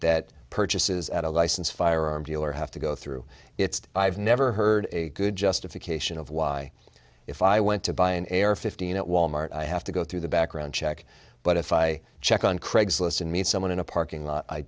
that purchases at a licensed firearm dealer have to go through it i've never heard a good justification of why if i went to buy an air fifteen at walmart i have to go through the background check but if i check on craigslist and meet someone in a parking lot i